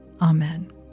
Amen